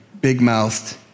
big-mouthed